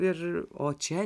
ir o čia